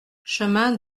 chemin